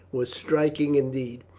was striking indeed.